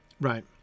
right